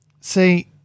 See